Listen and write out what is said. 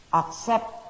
accept